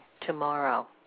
tomorrow